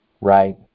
Right